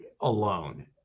alone